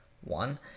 One